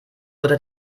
unter